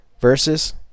versus